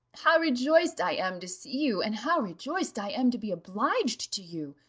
how rejoiced i am to see you, and how rejoiced i am to be obliged to you!